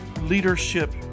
leadership